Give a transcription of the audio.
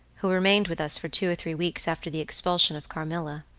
who remained with us for two or three weeks after the expulsion of carmilla,